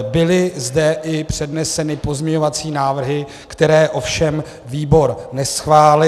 Byly zde i předneseny pozměňovací návrhy, které ovšem výbor neschválil.